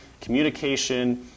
communication